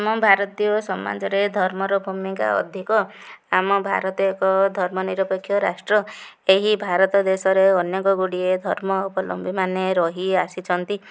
ଆମ ଭାରତୀୟ ସମାଜରେ ଧର୍ମର ଭୂମିକା ଅଧିକ ଆମ ଭାରତ ଏକ ଧର୍ମ ନିିରପେକ୍ଷ ରାଷ୍ଟ୍ର ଏହି ଭାରତ ଦେଶରେ ଅନେକଗୁଡ଼ିଏ ଧର୍ମ ଅବଲମ୍ବୀମାନେ ରହିଆସିଛନ୍ତି